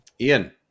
ian